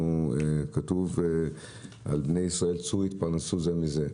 כתוב על בני ישראל: צאו התפרנסו זה מזה.